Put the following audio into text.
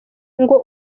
ngo